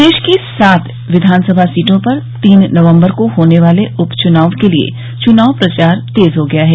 प्रदेश की सात विधानसभा सीटों पर तीन नवम्बर को होने वाले उप चुनाव के लिए चुनाव प्रचार तेज हो गया है